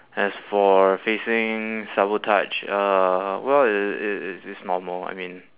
as for facing sabotage uh well it it it it's normal I mean